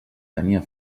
tenia